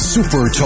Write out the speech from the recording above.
Super